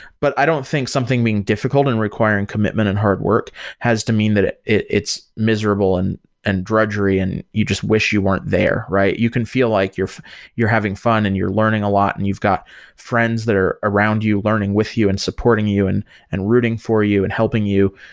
but i don't think something being difficult and requiring commitment and hard work has to mean that it's miserable and and drudgery and you just wish you weren't there. you can feel like you're you're having fun and you're learning a lot and you've got friends that are around you learning with you and supporting you and and rooting for you and helping you.